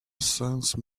sense